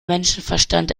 menschenverstand